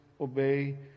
obey